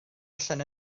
allan